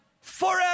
forever